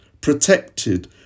protected